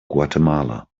guatemala